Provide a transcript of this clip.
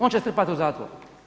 On će strpat u zatvor?